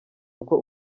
uko